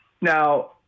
Now